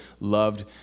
loved